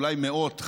אולי מאות,